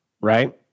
right